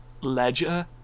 ledger